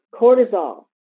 Cortisol